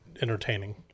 entertaining